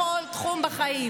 בכל תחום בחיים.